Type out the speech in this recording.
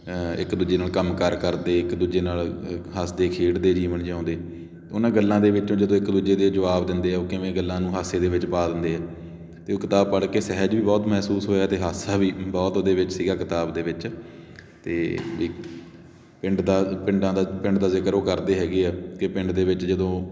ਇੱਕ ਦੂਜੇ ਨਾਲ ਕੰਮਕਾਰ ਕਰਦੇ ਇੱਕ ਦੂਜੇ ਨਾਲ ਹੱਸਦੇ ਖੇਡਦੇ ਜੀਵਨ ਜਿਊਂਦੇ ਉਨ੍ਹਾਂ ਗੱਲਾਂ ਦੇ ਵਿੱਚੋਂ ਜਦੋਂ ਇੱਕ ਦੂਜੇ ਦੇ ਜਵਾਬ ਦਿੰਦੇ ਉਹ ਕਿਵੇਂ ਗੱਲਾਂ ਨੂੰ ਹਾਸੇ ਦੇ ਵਿੱਚ ਪਾ ਦਿੰਦੇ ਹੈ ਅਤੇ ਉਹ ਕਿਤਾਬ ਪੜ੍ਹ ਕੇ ਸਹਿਜ ਵੀ ਬਹੁਤ ਮਹਿਸੂਸ ਹੋਇਆ ਅਤੇ ਹਾਸਾ ਵੀ ਬਹੁਤ ਉਹਦੇ ਵਿੱਚ ਸੀਗਾ ਕਿਤਾਬ ਦੇ ਵਿੱਚ ਅਤੇ ਪਿੰਡ ਦਾ ਪਿੰਡਾਂ ਦਾ ਪਿੰਡ ਦਾ ਜ਼ਿਕਰ ਉਹ ਕਰਦੇ ਹੈਗੇ ਆ ਕਿ ਪਿੰਡ ਦੇ ਵਿੱਚ ਜਦੋਂ